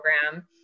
program